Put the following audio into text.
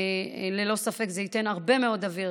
וללא ספק זה ייתן הרבה מאוד אוויר,